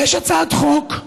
יש הצעת חוק,